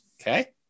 okay